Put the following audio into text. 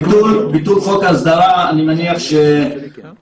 רסאן, ביטול חוק ההסדרה עוזר לכם?